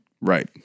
right